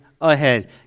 ahead